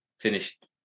finished